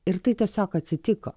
ir tai tiesiog atsitiko